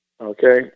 Okay